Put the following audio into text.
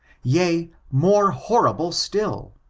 yea, more horrible still!